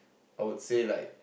I would say like